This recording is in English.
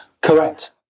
Correct